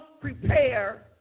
prepare